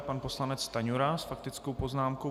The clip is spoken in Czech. Pan poslanec Stanjura s faktickou poznámkou.